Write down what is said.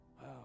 wow